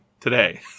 today